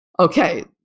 Okay